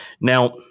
Now